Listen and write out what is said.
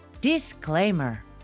disclaimer